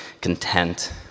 content